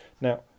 Now